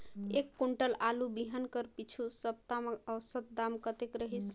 एक कुंटल आलू बिहान कर पिछू सप्ता म औसत दाम कतेक रहिस?